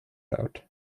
out